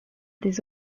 des